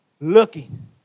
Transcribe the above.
Looking